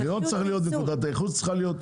מחירון צריך להיות, נקודת הייחוס צריכה להיות,